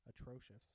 atrocious